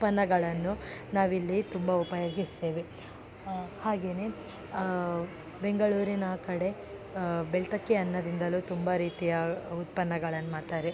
ಉತ್ಪನ್ನಗಳನ್ನು ನಾವಿಲ್ಲಿ ತುಂಬ ಉಪಯೋಗಿಸ್ತೇವೆ ಹಾಗೆಯೇ ಬೆಂಗಳೂರಿನ ಕಡೆ ಬೆಳ್ತಕ್ಕಿ ಅನ್ನದಿಂದಲೂ ತುಂಬ ರೀತಿಯ ಉತ್ಪನ್ನಗಳನ್ನು ಮಾಡ್ತಾರೆ